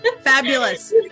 fabulous